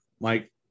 mike